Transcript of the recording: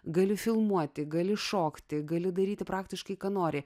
gali filmuoti gali šokti gali daryti praktiškai ką nori